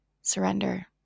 surrender